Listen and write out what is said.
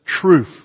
truth